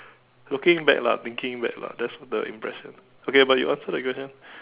looking back lah thinking back lah that's the impression okay but you answer the question